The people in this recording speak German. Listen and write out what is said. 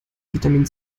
vitamin